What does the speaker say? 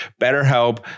BetterHelp